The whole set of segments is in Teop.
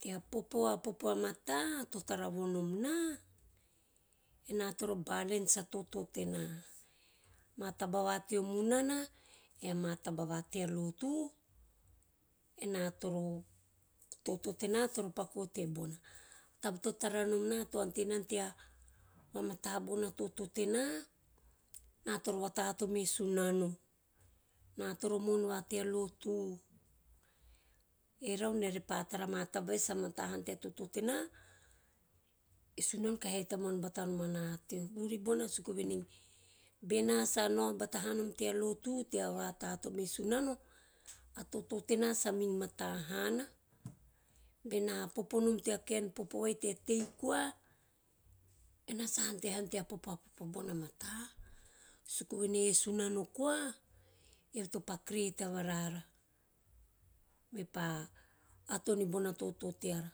Tea popo a popa a mata to tava vonom na ena toro balence a toto tena, ama taba va teo munana e ama taba va tea lotu, ena toro a toto tena toro paku vo tebona. A taba to tara nom na to ante nana tea vamata bona toto tena, ena toro avataoto me sunano, ena toro mo`on va tea lotu, erau ena repa tara ama taba vai sa mata hana tea toto tena, e sunano kahi haihai tamoana batanom ana teo vuri bona suku venei bena sa nao tamoana ana teo vuri bona suku venei bena sa nao tamoana bata hanom tea lotu tea vata`ato me sunano, a toto tena samin mata hana. Bena popononi teo kaen popo vai tea tei koa ena sa ante hanom tea popo a popo vai a mata suku venei e sunano koa eve topa crete avarara mepa ato nibona toto teara,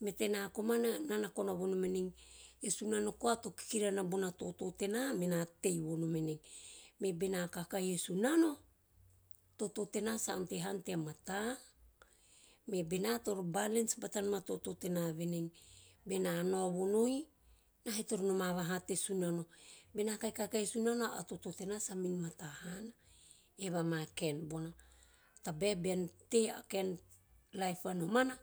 me tena komana ena kona vonom en e sunano koa to kikira vana bona toto tena mena tei vonom enei me bena kakahi e sunano a toto tena sa ante hana tea mata. Venei bena nao toro balence batanom a toto tena venei bena nao vonoi nahe toro noma vaha te sunano bena kahi kaokahi e sunano a toto tena smin mata hana, eve ama kaen bona tabae bean tei a kain laif va romana.